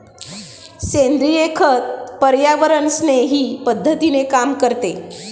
सेंद्रिय खत पर्यावरणस्नेही पद्धतीने काम करते